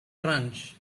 crunch